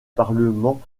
parlement